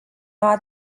noua